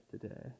today